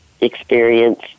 experience